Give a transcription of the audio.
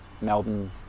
Melbourne